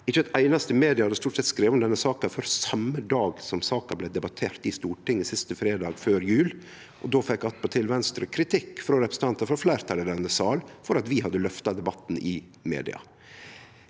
eitt einaste medium som hadde skrive om denne saka før same dag som saka blei debattert i Stortinget, siste fredag før jul. Då fekk attpåtil Venstre kritikk frå representantar frå fleirtalet i denne sal for at vi hadde løfta debatten i media.